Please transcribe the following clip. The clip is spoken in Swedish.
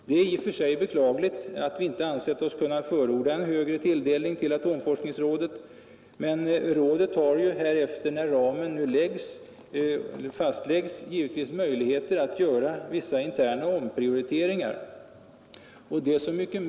Det är i och för sig beklagligt att vi inte ansett oss kunna förorda en större medelstilldelning till atomforskningsrådet, men rådet har härefter, när ramen nu fastläggs, givetvis möjligheter att göra vissa interna omprioriteringar.